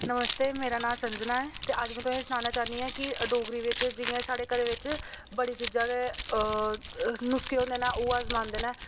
नमस्ते मेरा नांऽ संजना ऐ ते अज्ज में तुसें ई सनाना चाह्न्नीं आं की डोगरी बिच जि'यां साढ़े घरै बिच बड़ी चीजां गै नुस्के होंदे न ओह् अजमांदे न